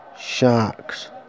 sharks